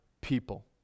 people